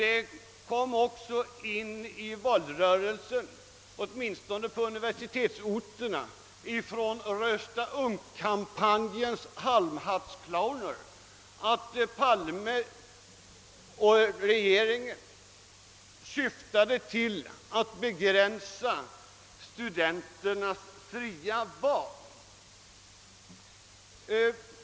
Det sades också under valrörelsen — åtminstone på universitetsorterna — av »Rösta ungt»- kampanjens halmhattsclowner, att statsrådet Palme och regeringen syftade till att begränsa studenternas fria val.